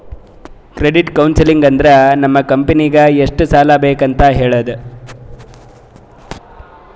credit counselling ಅಂದುರ್ ನಮ್ ಕಂಪನಿಗ್ ಎಷ್ಟ ಸಾಲಾ ಬೇಕ್ ಅಂತ್ ಹೇಳ್ತುದ